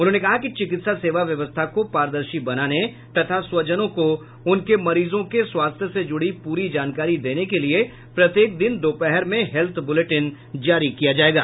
उन्होंने कहा कि चिकित्सा सेवा व्यवस्था को पारदर्शी बनाने तथा स्वजनों को उनके मरीजों के स्वास्थ्य से जुड़ी पूरी जानकारी देने के लिए प्रत्येक दिन दोपहर में हेल्थ बुलेटिन जारी किया जायेगा